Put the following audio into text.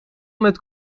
met